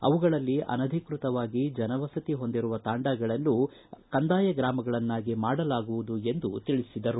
ಅವುಗಳಲ್ಲಿ ಅನಧಿಕೃತವಾಗಿ ಜನವಸತಿ ಹೊಂದಿರುವ ತಾಂಡಾಗಳನ್ನು ಕಂದಾಯ ಗ್ರಾಮಗಳನ್ನಾಗಿ ಮಾಡಲಾಗುವುದು ಎಂದರು